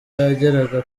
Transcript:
yageraga